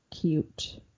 cute